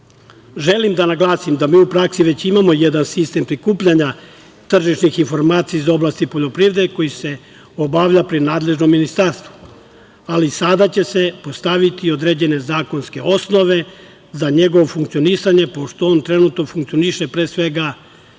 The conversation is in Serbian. da naglasim da mi u praksi već imamo jedan sistem prikupljanja tržišnih informacija iz oblasti poljoprivrede koji se obavlja pri nadležno ministarstvo, ali sada će se postaviti i određene zakonske osnove za njegovo funkcionisanje, pošto on trenutno funkcioniše, pre svega